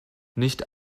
nicht